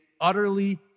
utterly